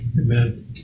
Amen